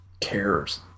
cares